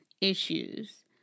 issues